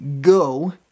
go